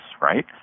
right